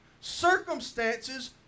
Circumstances